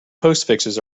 postfixes